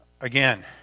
Again